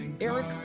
Eric